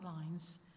lines